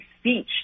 speech